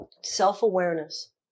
self-awareness